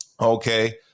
okay